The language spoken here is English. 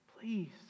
Please